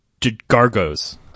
gargos